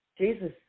Jesus